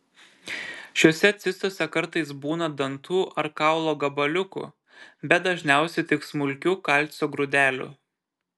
šiose cistose kartais būna dantų ar kaulo gabaliukų bet dažniausiai tik smulkių kalcio grūdelių